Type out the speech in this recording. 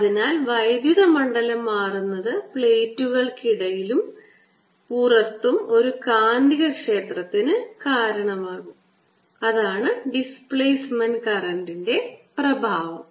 അതിനാൽ വൈദ്യുത മണ്ഡലം മാറുന്നത് പ്ലേറ്റുകൾക്കിടയിലും പുറത്തും ഒരു കാന്തികക്ഷേത്രത്തിന് കാരണമാകും അതാണ് ഡിസ്പ്ലേസ്മെൻറ് കറൻറ് ൻറെ പ്രഭാവം